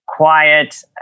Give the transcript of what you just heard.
Quiet